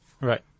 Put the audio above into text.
Right